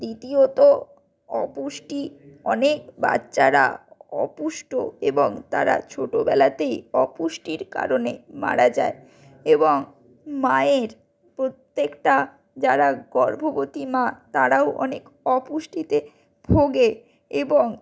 দ্বিতীয়ত অপুষ্টি অনেক বাচ্ছারা অপুষ্ট এবং তারা ছোটবেলাতেই অপুষ্টির কারণে মারা যায় এবং মায়ের প্রত্যেকটা যারা গর্ভবতী মা তারাও অনেক অপুষ্টিতে ভোগে এবং